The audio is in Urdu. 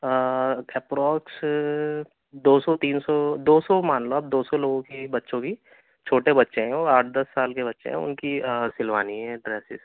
آں اپروكس دو سو تین سو دو سو مان لو آپ دو سو لوگوں کی بچوں کی چھوٹے بچے ہیں آٹھ دس سال کے بچے ہیں ان کی سلوانی ہیں ڈریسیز